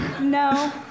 No